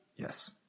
Yes